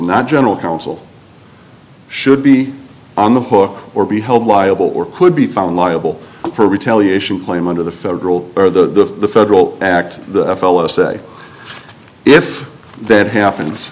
not general counsel should be on the hook or be held liable or could be found liable for retaliation claim under the federal or the federal act the fellow say if that happens